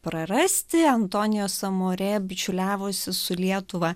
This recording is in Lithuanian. prarasti antonijo samorė bičiuliavosi su lietuva